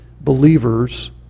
believers